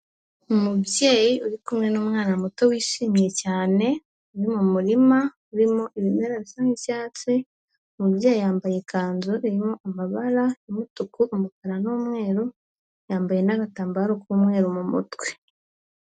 Umubyeyi uri kumwe n'umwana muto wishimye cyane, uri mu murima urimo ibimera bisa nk'icyatsi. Umubyeyi yambaye ikanzu irimo amabara y'umutuku ,umukara, n'umweru yambaye n'agatambaro k'umweru mu mutwe.